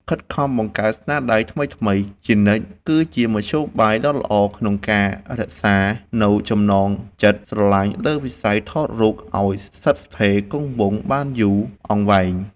ខិតខំបង្កើតស្នាដៃថ្មីៗជានិច្ចគឺជាមធ្យោបាយដ៏ល្អក្នុងការរក្សានូវចំណងចិត្តស្រឡាញ់លើវិស័យថតរូបឱ្យស្ថិតស្ថេរគង់វង្សបានយូរអង្វែង។